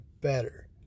better